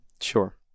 Sure